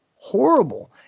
Horrible